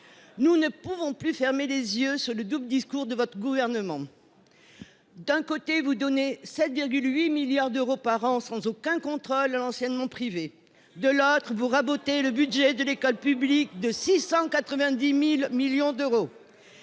Nous ne pouvons plus fermer les yeux sur le double discours de votre gouvernement. D’un côté, vous donnez 7,8 milliards d’euros par an, sans aucun contrôle, à l’enseignement privé. De l’autre, vous rabotez le budget de l’école publique de 690 millions d’euros.